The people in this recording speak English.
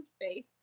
faith